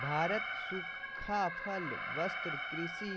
भारत सूखा फल, वस्त्र, कृषि